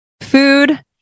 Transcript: Food